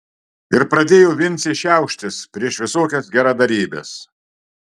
ir pradėjo vincė šiauštis prieš visokias geradarybes